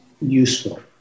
useful